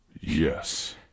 Yes